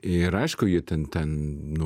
ir aišku ji ten ten